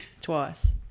Twice